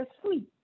sweet